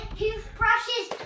toothbrushes